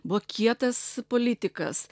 buvo kietas politikas